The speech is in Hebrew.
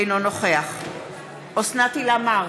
אינו נוכח אוסנת הילה מארק,